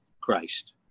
Christ